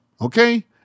Okay